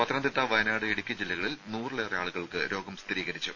പത്തനംതിട്ട വയനാട് ഇടുക്കി ജില്ലകളിൽ നൂറിലേറെ ആളുകൾക്ക് രോഗം സ്ഥിരീകരിച്ചു